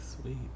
Sweet